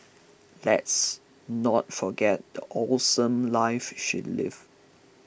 let's not forget the awesome life she lived